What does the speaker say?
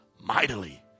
mightily